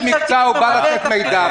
הוא איש מקצוע שבא לתת מידע.